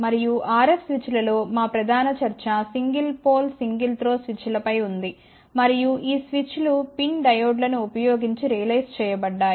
మరియు RF స్విచ్లలో మా ప్రధాన చర్చ సింగిల్ పోల్ సింగిల్ త్రో స్విచ్లపై ఉంది మరియు ఈ స్విచ్లు PIN డయోడ్లను ఉపయోగించి రియలైజ్ చేయబడ్డాయి